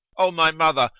o my mother!